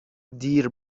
دیر